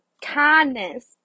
Kindness